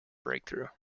breakthrough